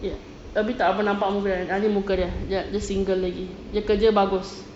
ya tapi tak berapa nampak muka dia ah ni muka dia jap dia single lagi dia kerja bagus